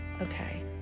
okay